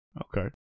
okay